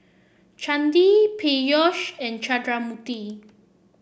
Chandi Peyush and Chundramoorthy